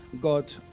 god